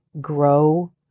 grow